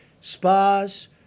Spas